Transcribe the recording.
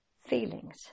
feelings